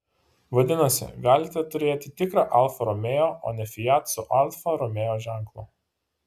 vadinasi galite turėti tikrą alfa romeo o ne fiat su alfa romeo ženklu